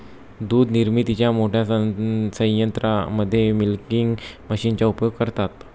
दूध निर्मितीच्या मोठ्या संयंत्रांमध्ये मिल्किंग मशीनचा उपयोग करतात